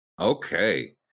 Okay